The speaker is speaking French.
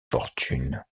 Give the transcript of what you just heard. fortune